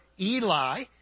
Eli